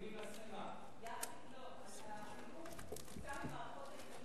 והיא צולמה פצועה באותו פיגוע,